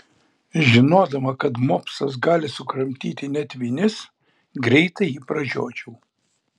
žinodama kad mopsas gali sukramtyti net vinis greitai jį pražiodžiau